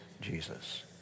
Jesus